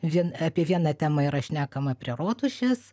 vien apie vieną temą yra šnekama prie rotušės